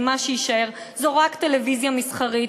כי מה שתישאר זו רק טלוויזיה מסחרית,